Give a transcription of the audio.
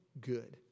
good